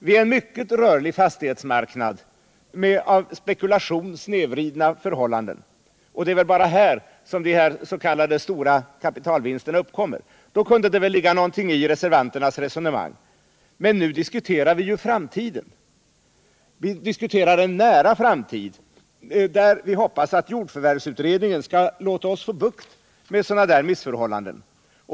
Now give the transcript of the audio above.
Vid en mycket rörlig fastighetsmarknad med av spekulation snedvridna förhållanden — och det är väl bara här som de s.k. stora kapitalvinsterna uppkommer — skulle det ligga någonting i reservanternas resonemang. Men nu diskuterar vi en nära framtid, där vi hoppas att jordförvärvsutredningen skall låta oss få bukt med sådana missförhållanden.